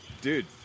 Dude